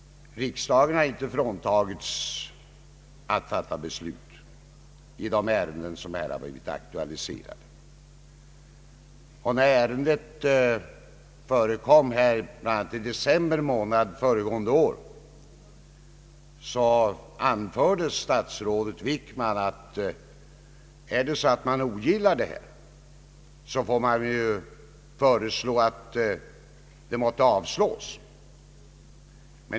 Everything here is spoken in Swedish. Riksdagen har inte fråntagits rätten att fatta beslut i de ärenden som här har blivit aktualiserade. I december månad förra året, när riks dagen behandlade dessa frågor, anförde statsrådet Wickman att den som ogillade propositionen kunde föreslå att den måtte avslås.